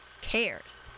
cares